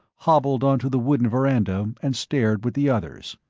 hobbled onto the wooden veranda and stared with the others.